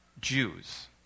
Jews